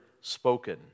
spoken